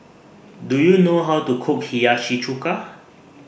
Do YOU know How to Cook Hiyashi Chuka